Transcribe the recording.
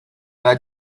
alla